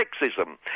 sexism